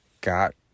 got